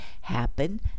happen